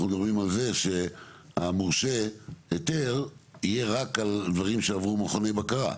אנחנו מדברים על זה שהמורשה היתר יהיה רק על הדברים שעברו מכוני בקרה.